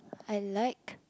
I like